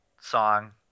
song